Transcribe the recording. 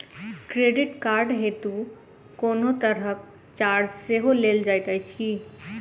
Credit card हेतु कोनो तरहक चार्ज सेहो लेल जाइत अछि की?